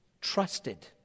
trusted